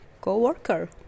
co-worker